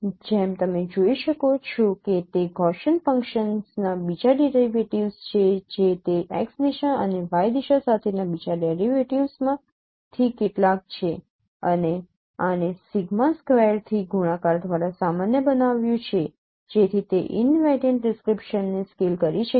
જેમ તમે જોઈ શકો છો કે તે ગૌસિયન ફંક્શન્સના બીજા ડેરિવેટિવ્ઝ છે જે તે x દિશા અને y દિશા સાથેના બીજા ડેરિવેટિવ્ઝમાંથી કેટલાક છે અને આને સિગ્મા સ્ક્વેર્ડથી ગુણાકાર દ્વારા સામાન્ય બનાવ્યું છે જેથી તે ઈનવેરિયન્ટ ડિસ્ક્રિપ્શન ને સ્કેલ કરી શકે છે